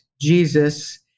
Jesus